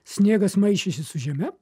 sniegas maišėsi su žeme